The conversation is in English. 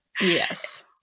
yes